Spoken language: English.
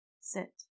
Sit